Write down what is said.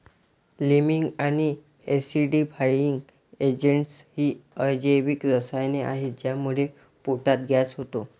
liming आणि acidifying agents ही अजैविक रसायने आहेत ज्यामुळे पोटात गॅस होतो